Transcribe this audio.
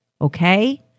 Okay